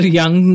young